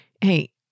Hey